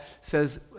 says